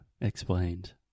Explained